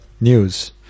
news